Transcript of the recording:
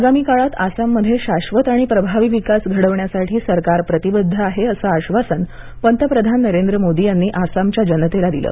आगामी काळात आसाम मध्ये शाश्वत आणि प्रभावी विकास घडवण्यासाठी सरकार प्रतिबद्ध आहे असं आश्वासन पंतप्रधान नरेंद्र मोदी यांनी आसामच्या जनतेला दिलं